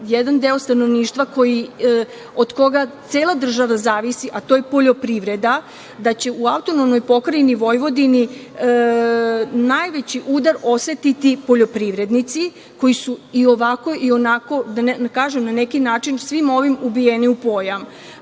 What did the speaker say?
jedan deo stanovništva od koga cela država zavisi, a to je poljoprivreda, da će u AP Vojvodini najveći udar osetiti poljoprivrednici koji su i ovako i onako, da kažem, na neki način svim ovim ubijeni u pojam. Prvo